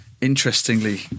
Interestingly